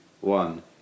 one